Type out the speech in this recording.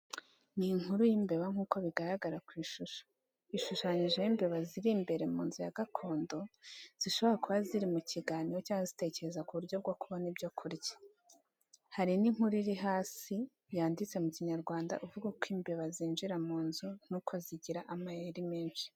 Ni inkuru y’imbeba nk’uko bigaragara ku ishusho. Ishushanyijeho imbeba ziri imbere mu nzu ya gakondo, zishobora kuba ziri mu kiganiro cyangwa zitekereza ku buryo bwo kubona ibyo kurya. Hari n’inkuru iri hasi yanditse mu kinyarwanda ivuga uko imbeba zinjira mu nzu n’uko zigira amayeri menshi.